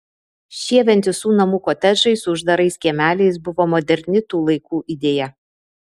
šie vientisų namų kotedžai su uždarais kiemeliais buvo moderni tų laikų idėja